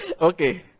Okay